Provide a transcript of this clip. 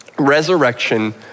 Resurrection